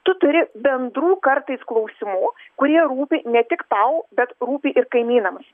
tu turi bendrų kartais klausimų kurie rūpi ne tik tau bet rūpi ir kaimynams